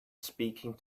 speaking